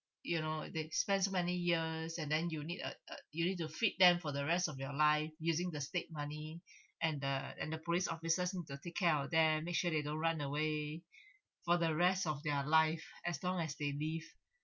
you know they spend so many years and then you need uh uh you need to feed them for the rest of your life using the state money and the and the police officers need to take care of them make sure they don't run away for the rest of their life as long as they live